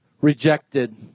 rejected